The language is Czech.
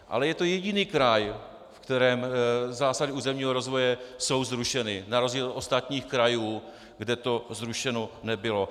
Ale je to jediný kraj, ve kterém zásady územního rozvoje jsou zrušeny, na rozdíl od ostatních krajů, kde to zrušeno nebylo.